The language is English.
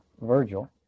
Virgil